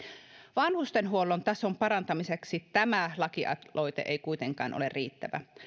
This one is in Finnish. vanhustenhuollon tason parantamiseksi tämä lakialoite ei kuitenkaan ole riittävä